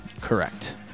Correct